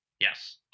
Yes